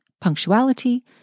punctuality